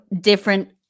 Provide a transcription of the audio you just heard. different